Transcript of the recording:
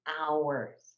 hours